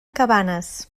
cabanes